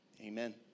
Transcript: Amen